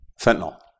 fentanyl